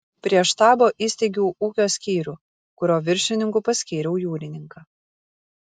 prie štabo įsteigiau ūkio skyrių kurio viršininku paskyriau jūrininką